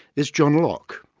is john locke,